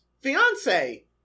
fiance